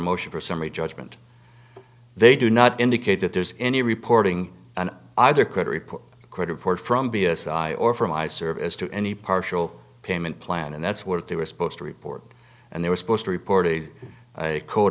motion for summary judgment they do not indicate that there's any reporting and either could report a credit report from b s i or from my service to any partial payment plan and that's what they were supposed to report and they were supposed to report a